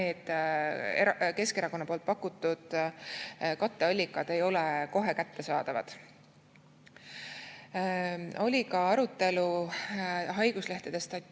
need Keskerakonna pakutud katteallikad ei ole kohe kättesaadavad. Oli ka arutelu haiguslehtede